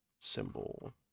symbol